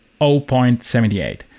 0.78